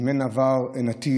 אם אין עבר, אין עתיד.